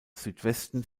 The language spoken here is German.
südwesten